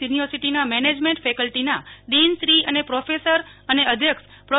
યુનિવર્સિટીના મેનેજમેન્ટ ફેકલ્ટીના ડીનશ્રી અને પ્રોફેસર અને અધ્યક્ષ પ્રો